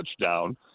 touchdown